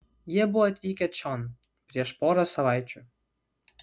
jie buvo atvykę čion prieš porą savaičių